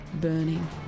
burning